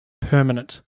permanent